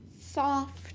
soft